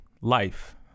life